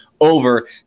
over